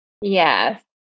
yes